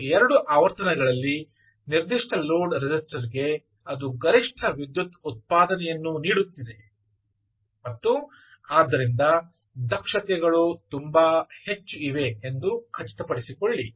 ಮತ್ತು 2 ಆವರ್ತನಗಳಲ್ಲಿ ನಿರ್ದಿಷ್ಟ ಲೋಡ್ ರೆಸಿಸ್ಟರ್ಗೆ ಅದು ಗರಿಷ್ಠ ವಿದ್ಯುತ್ ಉತ್ಪಾದನೆಯನ್ನು ನೀಡುತ್ತಿದೆ ಮತ್ತು ಆದ್ದರಿಂದ ದಕ್ಷತೆಗಳು ತುಂಬಾ ಹೆಚ್ಚು ಇವೆ ಎಂದು ಖಚಿತಪಡಿಸಿಕೊಳ್ಳಿ